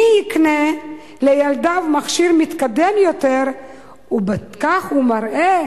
מי יקנה לילדיו מכשיר מתקדם יותר, ובכך הוא יראה